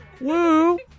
Woo